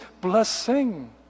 blessing